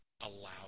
allow